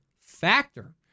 factor